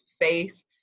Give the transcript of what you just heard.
faith